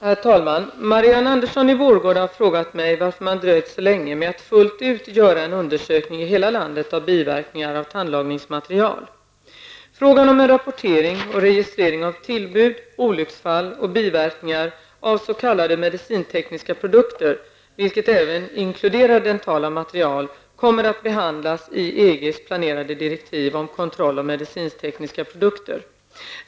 Herr talman! Marianne Andersson i Vårgårda har frågat mig varför man dröjt så länge med att fullt ut göra en undersökning i hela landet av biverkningar av tandlagningsmaterial. medicintekniska produkter, vilka även inkluderar dentala material, kommer att behandlas i EGs planerade direktiv om kontroll av medicintekniska produkter.